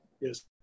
Yes